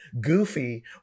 goofy